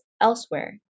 elsewhere